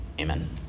Amen